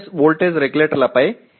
S மற்றும் மின்னழுத்தம் மற்றும் எஸ்